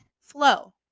flow